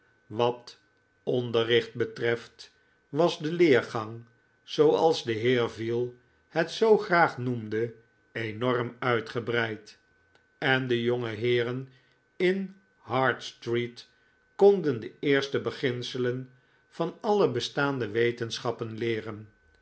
wat onderricht betreft was de leergang zooals de heer veal het zoo graag noemde enorm uitgebreid en de jongeheeren in hart street konden de eerste beginselen van alle bestaande wetenschappen leeren